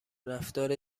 رفتار